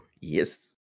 Yes